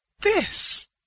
this